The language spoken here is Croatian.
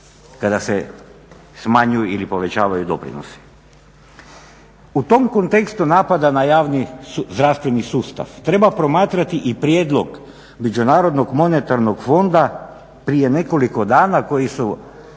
kada se smanjuju ili povećavaju doprinosi. U tom kontekstu napada na javni zdravstveni sustav treba promatrati i prijedlog Međunarodnog monetarnog fonda prije nekoliko dana koji su